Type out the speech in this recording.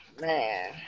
Man